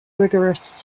rigorous